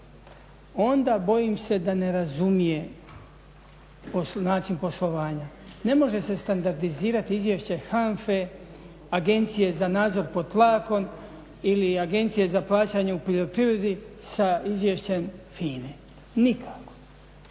onda bojim se da ne razumije način poslovanja. Ne može se standardizirati izvješće HANFA-e, Agencije za nadzor pod tlakom ili Agencije za plaćanje u poljoprivredi sa izvješćem FINA-e. Nikako.